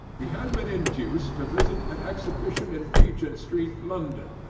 he had been induced to visit an exhibition in regent-street, london,